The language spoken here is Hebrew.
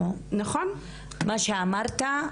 מה שאמרת,